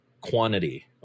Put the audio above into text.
quantity